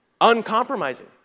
uncompromising